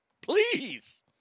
please